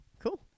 cool